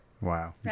wow